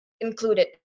included